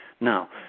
Now